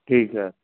ਠੀਕ ਹੈ